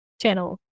channel